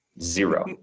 zero